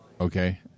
Okay